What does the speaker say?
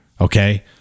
okay